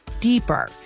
deeper